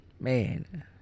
Man